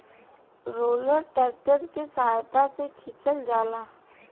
roller tractor के सहायता से खिचल जाला